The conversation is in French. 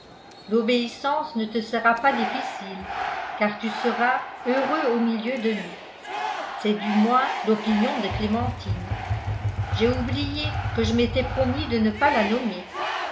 l'obéissance ne te sera pas difficile car tu seras heureux au milieu de nous c'est du moins l'opinion de clémentine j'ai oublié que je m'étais promis de ne pas la nommer